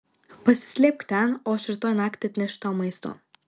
pasislėpk ten o aš rytoj naktį atnešiu tau maisto